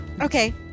Okay